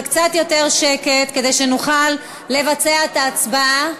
וקצת יותר שקט כדי שנוכל לבצע את ההצבעה.